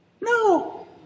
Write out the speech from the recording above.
no